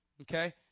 okay